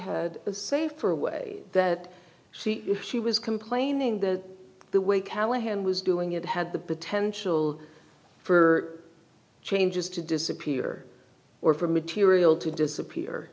had a safer way that she she was complaining that the way callahan was doing it had the potential for changes to disappear or for material to disappear